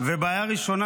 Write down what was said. בעיה ראשונה,